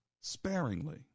sparingly